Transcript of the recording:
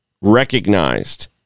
recognized